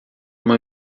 uma